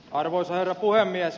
arvoisa herra puhemies